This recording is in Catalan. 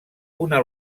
una